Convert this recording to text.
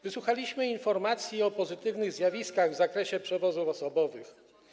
Wysłuchaliśmy informacji o pozytywnych zjawiskach w zakresie przewozów osobowych.